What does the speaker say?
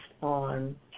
on